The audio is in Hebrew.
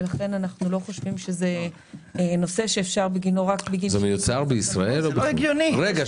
ולכן אנחנו לא חושבים שזה נושא שאפשר --- זה לא הגיוני --- רגע,